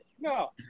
No